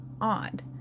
odd